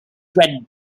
bread